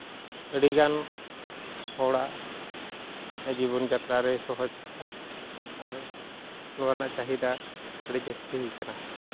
ᱟᱹᱰᱤᱜᱟᱱ ᱦᱚᱲᱟᱜ ᱡᱤᱵᱚᱱ ᱡᱟᱛᱨᱟ ᱨᱮ ᱥᱚᱦᱚᱡᱽ ᱛᱮ ᱟᱨ ᱱᱚᱣᱟ ᱨᱮᱱᱟᱜ ᱪᱟᱹᱦᱤᱫᱟ ᱟᱹᱰᱤ ᱡᱟᱹᱥᱛᱤᱭ ᱠᱟᱱᱟ